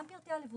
גם פריטי הלבוש,